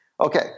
Okay